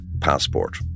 passport